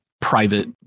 private